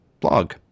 blog